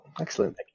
Excellent